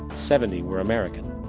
seventy were american.